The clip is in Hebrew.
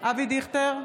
אבי דיכטר,